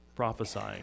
prophesying